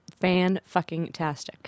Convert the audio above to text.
fan-fucking-tastic